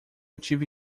tive